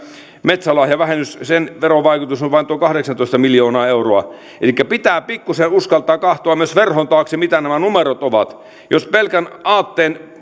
metsälahjavähennyksen verovaikutus on vain tuo kahdeksantoista miljoonaa euroa elikkä pitää pikkuisen uskaltaa katsoa myös verhon taakse mitä nämä numerot ovat jos pelkän aatteen